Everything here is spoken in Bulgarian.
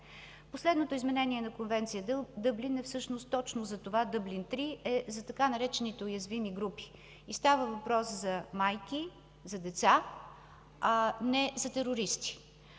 Последното изменение на Конвенция Дъблин 3 е точно за това, за така наречените „уязвими групи” – става въпрос за майки, за деца, а не за терористи.